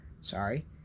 Sorry